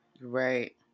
Right